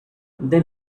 then